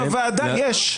נימוס בוועדה יש?